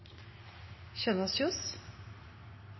Kjønaas Kjos